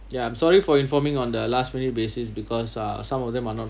ya I'm sorry for informing on the last very basis because uh some of them are not